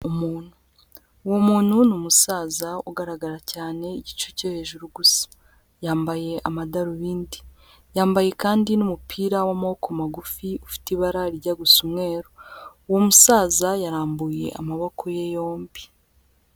Umuntu. Uwo muntu ni umusaza ugaragara cyane igice cyo hejuru gusa, yambaye amadarubindi, yambaye kandi n'umupira w'amaboko magufi ufite ibara rijya gusa umweru. Uwo musaza yarambuye amaboko ye yombi.